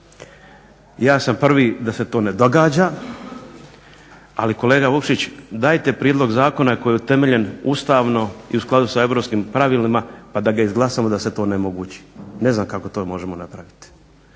Ja sam prvi da se to ne događa, ali kolega Vukšić dajte prijedlog zakona koji je utemeljen ustavno i u skladu sa europskim pravilima pa da ga izglasamo da se to onemogući. Ne znam kako to možemo napraviti,